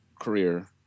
career